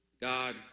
God